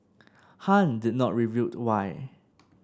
Han did not reveal why